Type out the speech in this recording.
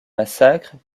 massacres